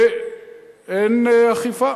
ואין אכיפה